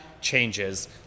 changes